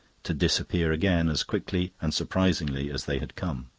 to disappear again as quickly and surprisingly as they had come.